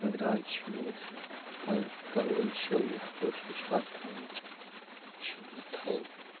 مگر آز چھُ یی نہٕ سۄ وۄنۍ کَرو اِنشاء اللہ کوشِش حد تھاونٕچ اِنشاء اللہ تھاوو